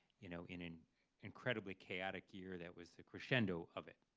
you know in an incredibly chaotic year, that was the crescendo of it.